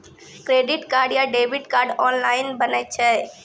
Credit card या debit card online बनै छै?